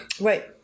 right